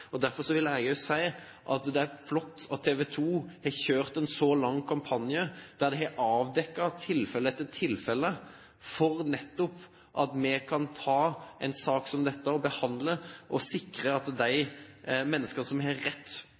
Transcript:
eksempler. Derfor vil jeg bare si at det er flott at TV 2 har kjørt en så lang kampanje der de har avdekket tilfelle etter tilfelle slik at vi nettopp kan behandle en sak som denne og sikre at de menneskene som rett og slett har